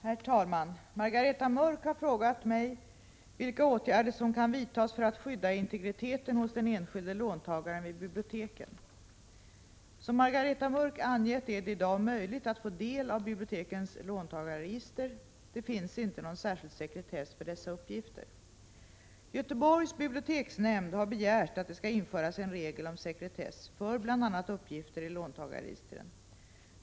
Herr talman! Margareta Mörck har frågat mig vilka åtgärder som kan vidtas för att skydda integriteten hos den enskilda låntagaren vid biblioteken. Som Margareta Mörck angett är det i dag möjligt att få del av bibliotekens låntagarregister. Det finns inte någon särskild sekretess för dessa uppgifter. Göteborgs biblioteksnämnd har begärt att det skall införas en regel om sekretess för bl.a. uppgifter i låntagarregistren.